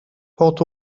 port